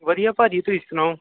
ਵਧੀਆ ਭਾਅ ਜੀ ਤੁਸੀਂ ਸੁਣਾਓ